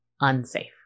unsafe